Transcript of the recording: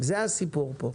זה הסיפור פה.